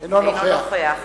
- אינו נוכח